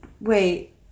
Wait